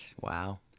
Wow